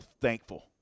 thankful